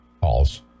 Calls